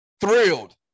Thrilled